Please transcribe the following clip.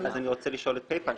אז אני רוצה לשאול את PayPal,